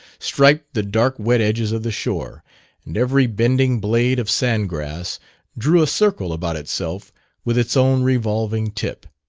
striped the dark wet edges of the shore and every bending blade of sandgrass drew a circle about itself with its own revolving tip.